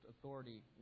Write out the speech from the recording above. authority